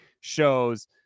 shows